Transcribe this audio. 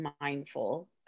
mindful